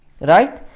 right